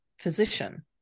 physician